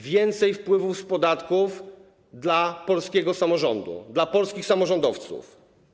Więcej wpływów z podatków dla polskiego samorządu, dla polskich samorządowców.